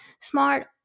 smart